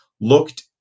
looked